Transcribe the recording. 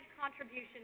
contribution